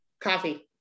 Coffee